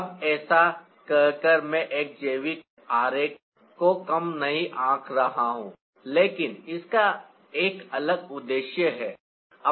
अब ऐसा कहकर मैं एक जैविक आरेख को कम नहीं आंक रहा हूं लेकिन इसका एक अलग उद्देश्य है